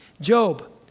Job